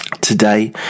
today